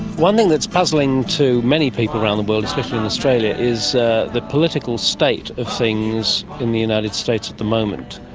one thing that's puzzling to many people around the world, especially in australia, is ah the political state of things in the united states at the moment.